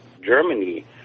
Germany